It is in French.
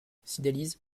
cydalise